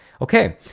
Okay